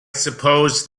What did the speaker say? suppose